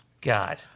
God